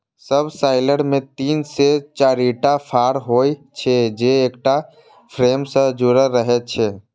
subsoiler मे तीन से चारिटा फाड़ होइ छै, जे एकटा फ्रेम सं जुड़ल रहै छै